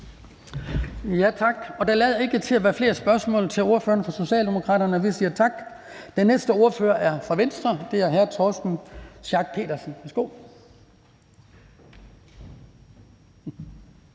Tak. Der lader ikke til at være flere spørgsmål til ordføreren for Socialdemokraterne. Vi siger tak. Den næste ordfører er fra Venstre. Hr. Torsten Schack Pedersen, værsgo.